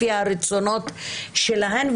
לפי הרצונות שלהן,